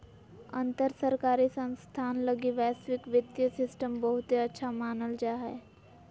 अंतर सरकारी संस्थान लगी वैश्विक वित्तीय सिस्टम बहुते अच्छा मानल जा हय